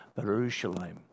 Jerusalem